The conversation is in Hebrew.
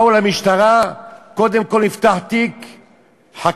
באו למשטרה, קודם כול נפתח תיק חקירה,